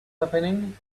happening